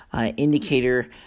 indicator